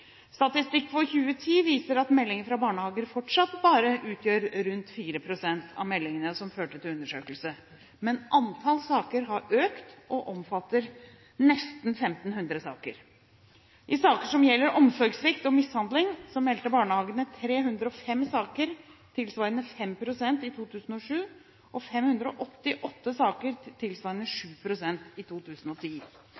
Statistikk for 2010 viser at meldinger fra barnehager fortsatt bare utgjør rundt 4 pst. av meldingene som førte til undersøkelse, men antall saker har økt og omfatter nesten 1 500 saker. I saker som gjelder omsorgssvikt og mishandling, meldte barnehagene 305 saker, tilsvarende 5 pst., i 2007 og 588 saker, tilsvarende